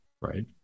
right